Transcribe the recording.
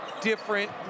different